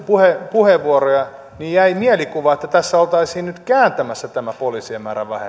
puheenvuoroja niin jäi mielikuva että tässä oltaisiin nyt kääntämässä tämä poliisien määrän